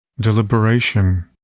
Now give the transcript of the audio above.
Deliberation